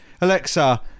Alexa